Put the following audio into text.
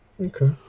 Okay